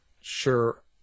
sure